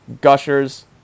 Gushers